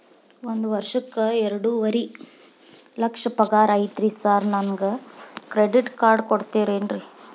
ಒಂದ್ ವರ್ಷಕ್ಕ ಎರಡುವರಿ ಲಕ್ಷ ಪಗಾರ ಐತ್ರಿ ಸಾರ್ ನನ್ಗ ಕ್ರೆಡಿಟ್ ಕಾರ್ಡ್ ಕೊಡ್ತೇರೆನ್ರಿ?